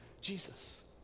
Jesus